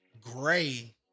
gray